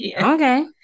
okay